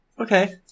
Okay